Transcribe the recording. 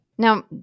Now